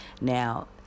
now